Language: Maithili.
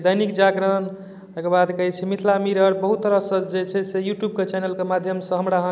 खाय आर लऽ देलहुँ सानी लगेलहुँ सबटाके लगा उगा कऽ रखलहुँ राखि कऽ तकर बाद उठलहुँ तऽ गेलहुँ